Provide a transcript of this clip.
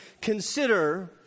consider